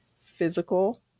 physical